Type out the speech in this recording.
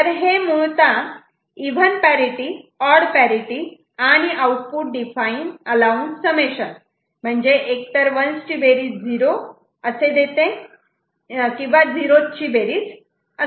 तर हे म्हणजे मुळता हे इव्हन पॅरिटि ऑड पॅरिटि आणि output define allowance summation output define allowance summation म्हणजे एकतर 1's ची बेरीज किंवा 0's ची बेरीज असे देते